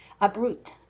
uproot